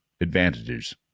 advantages